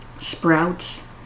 sprouts